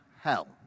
hell